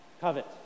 covet